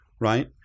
right